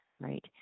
right